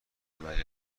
بقیه